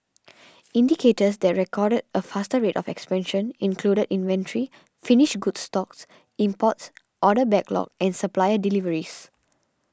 indicators that recorded a faster rate of expansion included inventory finished goods stocks imports order backlog and supplier deliveries